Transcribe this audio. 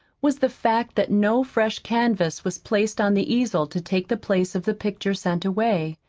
was the fact that no fresh canvas was placed on the easel to take the place of the picture sent away.